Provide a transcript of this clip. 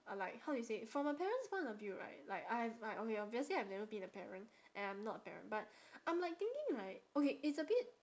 uh like how do you say from a parents point of view right like I've like okay obviously I've never been a parent and I'm not a parent but I'm like thinking right okay it's a bit